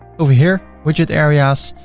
over here, widget areas.